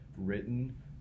written